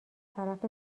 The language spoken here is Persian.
طرف